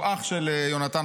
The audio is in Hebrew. שהוא אח של יהונתן,